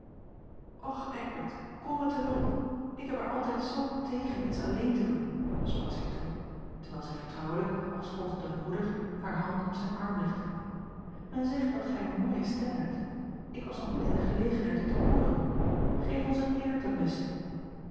och eckbert kom me te hulp ik heb er altijd tegen zoo iets alleen te doen sprak zij toen terwijl zij vertrouwelijk als gold het een broeder haar hand op zijn arm legde men zegt dat gij eene mooie stem hebt ik was nog niet in de gelegenheid u te hooren geef ons een air ten beste